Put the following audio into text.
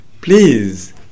please